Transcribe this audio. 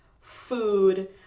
food